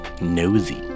Nosy